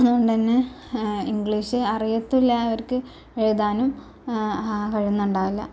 അതുകൊണ്ട് തന്നെ ഇംഗ്ലീഷ് അറിയത്തില്ല അവർക്ക് എഴുതാനും കഴിയുന്നുണ്ടാവില്ല